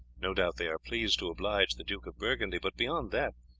no doubt they are pleased to oblige the duke of burgundy, but, beyond that,